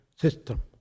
system